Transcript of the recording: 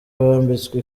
wambitswe